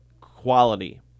Quality